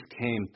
came